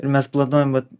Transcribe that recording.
ir mes planuojam vat